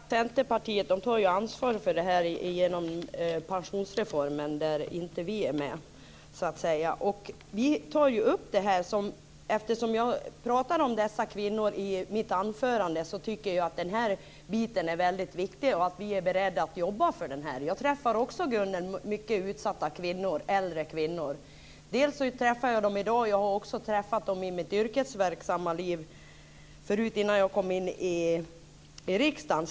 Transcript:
Fru talman! Centerpartiet tar ansvar för detta genom pensionsreformen, där vi inte är med. Vi tar upp detta. Eftersom jag pratade om dessa kvinnor i mitt anförande tycker jag att denna bit är väldigt viktig. Vi är beredda att jobba för detta. Jag träffar också många utsatta äldre kvinnor, Gunnel. Jag träffar dem i dag, och jag träffade dem också i mitt yrkesverksamma liv innan jag kom in i riksdagen.